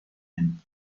him